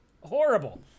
horrible